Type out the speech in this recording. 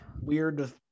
weird